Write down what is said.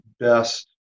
best